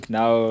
now